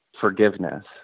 forgiveness